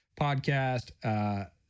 podcast